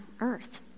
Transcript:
earth